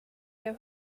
their